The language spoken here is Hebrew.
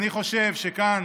אני חושב שכאן